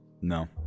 No